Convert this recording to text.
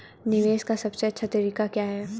निवेश का सबसे अच्छा तरीका क्या है?